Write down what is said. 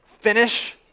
Finish